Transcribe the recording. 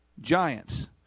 giants